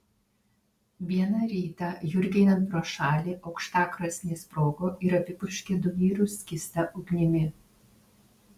vieną rytą jurgiui einant pro šalį aukštakrosnė sprogo ir apipurškė du vyrus skysta ugnimi